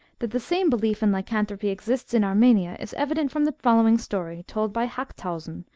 that the same belief in lycanthropy exists in armenia is evident from the following story told by ilaxthausen,